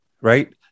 right